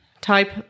type